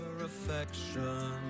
affection